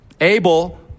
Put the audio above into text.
Abel